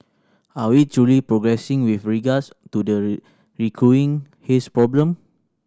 are we truly progressing with regards to the recurring haze problem